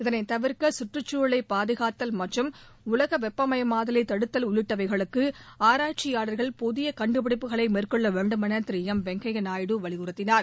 இதனை தவிர்க்க கற்றுச்சூழலை பாதுகாத்தல் மற்றும் உலக வெப்பமயமாதலை தடுத்தல் உள்ளிட்டவைகளுக்கு ஆர்ய்ச்சியாளர்கள் புதிய கண்டுபிடிப்புகளை மேற்கொள்ள வேண்டும் என திரு வெங்கைய நாயுடு வலியுறுத்தினார்